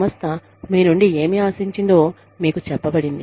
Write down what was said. సంస్థ మీ నుండి ఏమి ఆశించిందో మీకు చెప్పబడింది